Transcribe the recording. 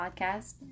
podcast